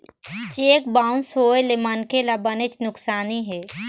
cheque bounce होए ले मनखे ल बनेच नुकसानी हे